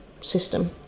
system